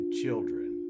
children